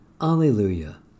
Alleluia